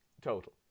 total